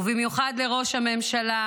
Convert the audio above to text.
ובמיוחד לראש הממשלה,